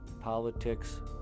politics